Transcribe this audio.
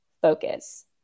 focus